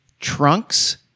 Trunks